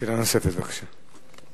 שאלה נוספת, בבקשה.